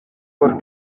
por